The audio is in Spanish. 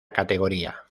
categoría